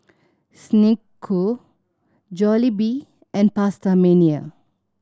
Snek Ku Jollibee and PastaMania